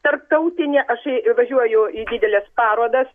tarptautinė aš važiuoju į dideles parodas